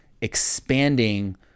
expanding